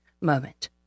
moment